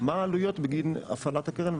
מה העלויות בגין הפעלת הקרן?